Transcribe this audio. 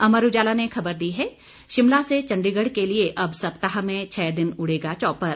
अमर उजाला ने खबर दी है शिमला से चंडीगढ़ के लिये अब सप्ताह में छह दिन उड़ेगा चॉपर